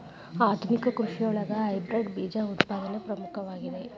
ಆಧುನಿಕ ಕೃಷಿಯೊಳಗ ಹೈಬ್ರಿಡ್ ಬೇಜ ಉತ್ಪಾದನೆ ಪ್ರಮುಖವಾಗಿದೆ